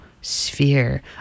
sphere